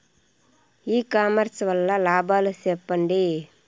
ఇ commerce వల్ల లాభాలు సెప్పండి?